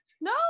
No